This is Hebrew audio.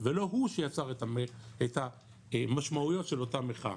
ולא הוא שיצר את המשמעויות של אותה מחאה.